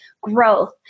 growth